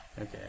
Okay